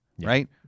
right